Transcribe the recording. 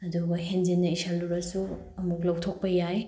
ꯑꯗꯨꯒ ꯍꯦꯟꯖꯤꯟꯅ ꯏꯁꯤꯜꯂꯨꯔꯁꯨ ꯑꯃꯨꯛ ꯂꯧꯊꯣꯛꯄ ꯌꯥꯏ